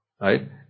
right